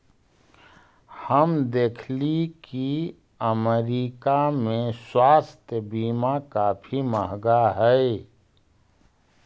हम देखली की अमरीका में स्वास्थ्य बीमा काफी महंगा हई